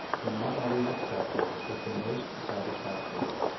were not always accepted as the most satisfactory.